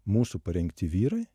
mūsų parengti vyrai